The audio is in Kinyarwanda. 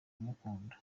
kumukunda